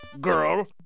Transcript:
girl